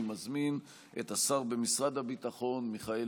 אני מזמין את השר במשרד הביטחון מיכאל